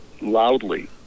loudly